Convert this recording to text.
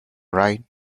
rhine